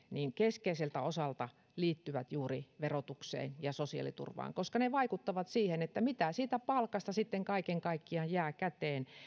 keskeiseltä osalta liittyvät juuri verotukseen ja sosiaaliturvaan koska ne vaikuttavat siihen mitä siitä palkasta sitten kaiken kaikkiaan jää käteen